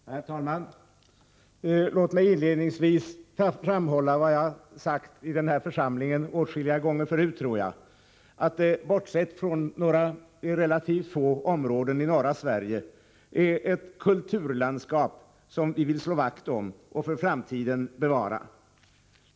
Herr talman! Låt mig inledningsvis framhålla vad jag sagt i den här församlingen åtskilliga gånger förut, att det, bortsett från några relativt få områden i norra Sverige, är ett kulturlandskap som vi vill slå vakt om och bevara för framtiden.